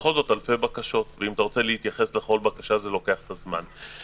ישנן אלפי בקשות ואם רוצים להתייחס לכל בקשה זה לוקח זמן.